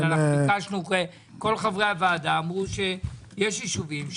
כל חברי הוועדה אמרו שיש ישובים,